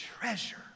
treasure